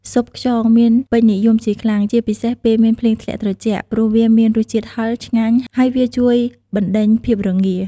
ស៊ុបខ្យង មានពេញនិយមជាខ្លាំង ជាពិសេសពេលមានភ្លៀងធ្លាក់ត្រជាក់ ព្រោះវាមានរសជាតិហឹរ ឆ្ងាញ់ ហើយវាជួយបណ្តេញភាពរងា។